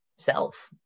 self